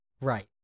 right